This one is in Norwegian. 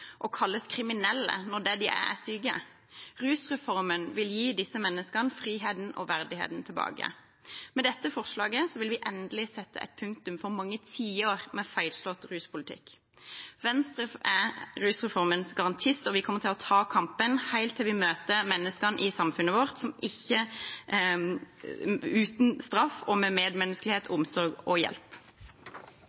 og kalles kriminelle, når det er syke de er. Rusreformen vil gi disse menneskene friheten og verdigheten tilbake. Med dette forslaget vil vi endelig sette punktum for mange tiår med feilslått ruspolitikk. Venstre er rusreformens garantist, og vi kommer til å ta kampen – helt til vi møter menneskene i samfunnet vårt uten straff og med